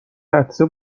عطسه